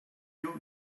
you